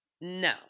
no